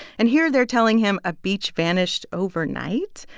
and here, they're telling him a beach vanished overnight.